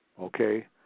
Okay